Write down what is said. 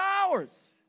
hours